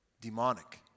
demonic